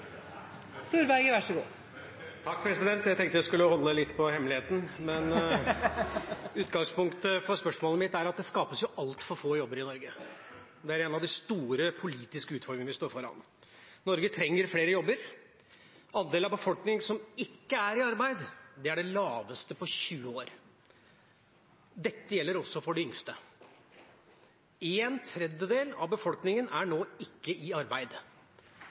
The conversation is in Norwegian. President, jeg tenkte jeg skulle holde litt på hemmeligheten! Utgangspunktet for spørsmålet mitt er at det skapes altfor få jobber i Norge. Det er en av de store politiske utfordringene vi står foran. Norge trenger flere jobber. Andelen av befolkningen som er i arbeid, er den laveste på 20 år. Dette gjelder også for de yngste. En tredjedel av befolkningen er nå ikke i arbeid,